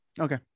Okay